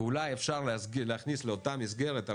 ואולי אפשר להכניס לאותה מסגרת,